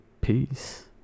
peace